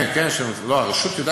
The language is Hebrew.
ועדת חריגים של משרד החינוך?